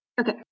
okay